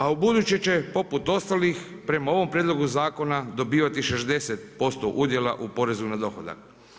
A u buduće će poput ostalih prema ovom prijedlogu zakona dobivati 60% udjela u porezu na dohodak.